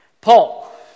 Paul